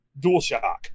DualShock